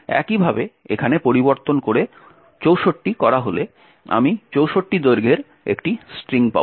একইভাবে এখানে পরিবর্তন করে 64 করা হলে আমি 64 দৈর্ঘ্যের একটি স্ট্রিং পাব